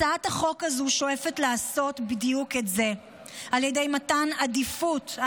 הצעת החוק הזאת שואפת לעשות בדיוק את זה על ידי מתן עדיפות,